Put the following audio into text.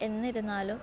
എന്നിരുന്നാലും